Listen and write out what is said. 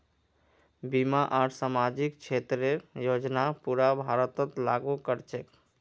बीमा आर सामाजिक क्षेतरेर योजना पूरा भारतत लागू क र छेक